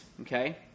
okay